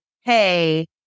hey